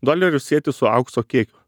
dolerius sieti su aukso kiekiu